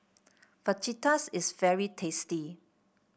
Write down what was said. Fajitas is very tasty